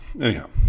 anyhow